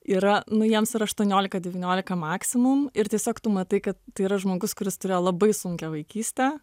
yra nu jiems yra aštuoniolika devyniolika maksimum ir tiesiog tu matai tai yra žmogus kuris turėjo labai sunkią vaikystę